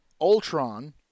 Ultron